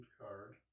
card